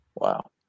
Wow